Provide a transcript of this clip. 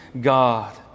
God